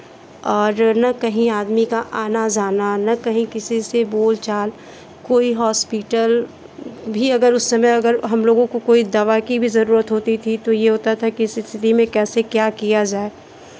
और ना कहीं आदमी का आना जाना ना कहीं किसी से बोल चाल कोई हॉस्पिटल भी अगर उस समय अगर हम लोगों को कोई दवा की भी ज़रूरत होती थी तो ये होता था की ऐसी स्थिति में कैसे क्या किया जाए